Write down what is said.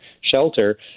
shelter